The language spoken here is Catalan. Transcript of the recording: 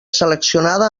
seleccionada